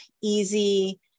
easy